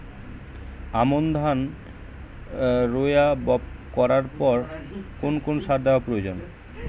আমন ধান রোয়া করার পর কোন কোন সার দেওয়া প্রয়োজন?